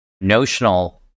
notional